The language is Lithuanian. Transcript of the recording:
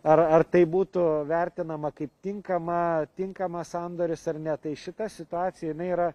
ar ar tai būtų vertinama kaip tinkamą tinkamą sandoris ar ne tai šita situacija yra